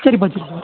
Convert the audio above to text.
சரிப்பா சரிப்பா